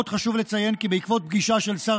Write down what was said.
עוד חשוב לציין כי בעקבות פגישה של שר